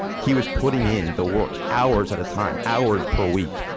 he was putting in the work, hours at a time, hours per week.